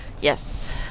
Yes